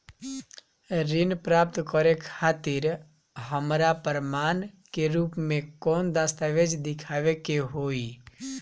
ऋण प्राप्त करे खातिर हमरा प्रमाण के रूप में कौन दस्तावेज़ दिखावे के होई?